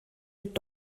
mit